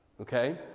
okay